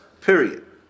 Period